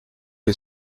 que